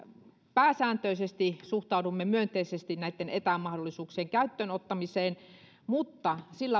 pääsääntöisesti suhtaudumme myönteisesti näitten etämahdollisuuksien käyttöön ottamiseen mutta sillä